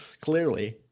clearly